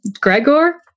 Gregor